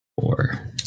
Four